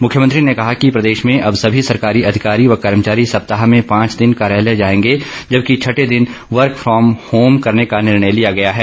मुख्यमंत्री ने कहा कि प्रदेश में अब सभी सरकारी अधिकारी व कर्मचारी सप्ताह में पांच दिन कार्यालय जाएंगे जबकि छठे दिन वर्क फॉम होम करने का निर्णय लिया गया है